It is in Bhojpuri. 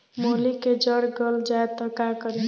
मूली के जर गल जाए त का करी?